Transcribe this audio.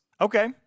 Okay